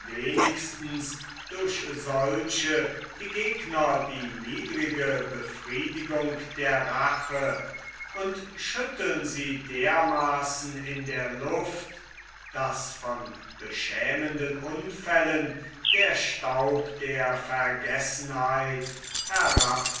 wenigstens durch solche die gegner die niedrige befriedigung der rache und schütteln sie dermaaßen in der luft daß von beschämenden unfällen der staub der vergessenheit